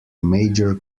major